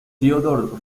theodore